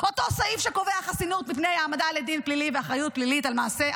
אותו סעיף שקובע חסינות מפני העמדה לדין פלילי ואחריות פלילית על מעשה,